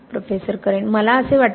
professor Karen मला असे वाटते